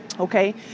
Okay